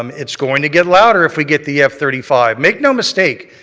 um it's going to get louder if we get the f thirty five. make no mistake,